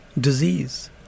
disease